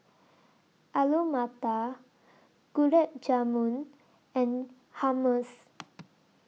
Alu Matar Gulab Jamun and Hummus